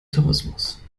tourismus